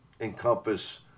encompass